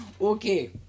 okay